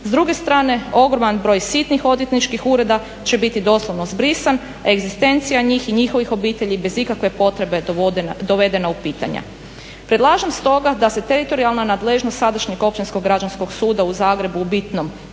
S druge strane, ogroman broj sitnih odvjetničkih ureda će biti doslovno zbrisan, egzistencija njih i njihovih obitelji bez ikakve potrebe dovedena u pitanja. Predlažem stoga da se teritorijalna nadležnost sadašnjeg Općinskog građanskog suda u Zagrebu u bitnom ne